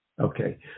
Okay